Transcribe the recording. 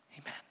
amen